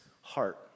heart